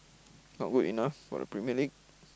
not good enough for the Premier-League